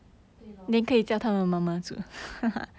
对 lor